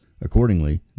Accordingly